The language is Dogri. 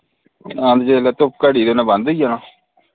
हां ते जिल्लै धुप घटी ते उ'नै बंद होई जाना